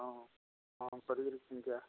ହଁ ହଁ କରିକିରି ସେମିତିଆ